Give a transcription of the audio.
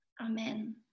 Amen